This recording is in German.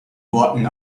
worten